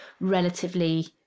relatively